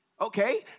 Okay